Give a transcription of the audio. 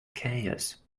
chaos